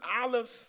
olives